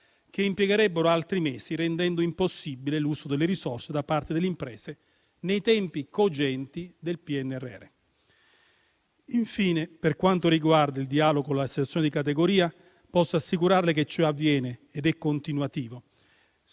che impiegherebbero altri mesi, rendendo impossibile l'uso delle risorse da parte delle imprese nei tempi cogenti del PNRR. Infine, per quanto riguarda il dialogo con le associazioni di categoria, posso assicurarle che ciò avviene ed è continuativo,